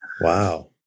wow